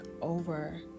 over